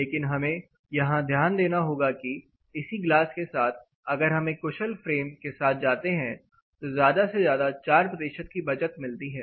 लेकिन हमें यहां ध्यान देना होगा कि इसी ग्लास के साथ अगर हम एक कुशल फ्रेम के साथ जाते हैं तो ज्यादा से ज्यादा 4 की बचत मिलती है